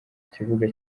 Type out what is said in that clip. kibuga